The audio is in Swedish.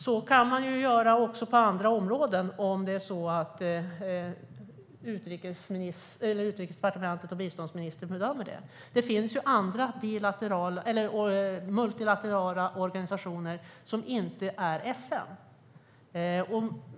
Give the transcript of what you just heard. Så kan man göra även på andra områden om Utrikesdepartementet och biståndsministern bedömer att man ska göra det. Det finns andra multilaterala organisationer som inte är knutna till FN.